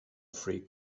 free